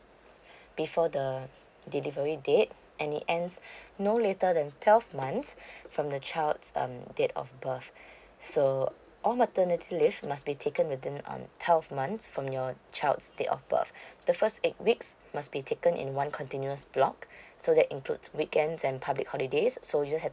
before the delivery date and the end no later than twelve months from the child's um date of birth so all maternity leave must be taken within um twelve months from your child's date of birth the first eight weeks must be taken in one continuous block so that includes weekends and public holidays so you just had